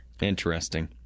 Interesting